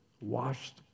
washed